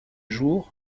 jour